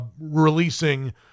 releasing